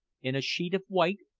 in a sheet of white,